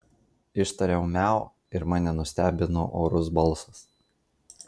ištariau miau ir mane nustebino orus balsas